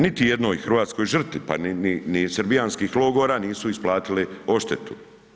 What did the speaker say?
Do sada, niti jednoj hrvatskoj žrtvi, pa ni srbijanskih logora nisu isplatili odštetu.